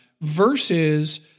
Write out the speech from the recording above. versus